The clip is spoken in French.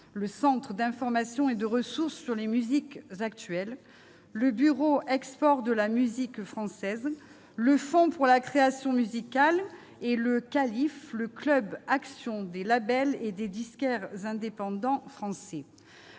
le Centre d'information et de ressources sur les musiques actuelles -, le Bureau export de la musique française, le Fonds pour la création musicale et le Calif, le Club action des labels et des disquaires indépendants français.